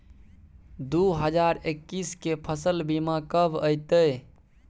दु हजार एक्कीस के फसल बीमा कब अयतै?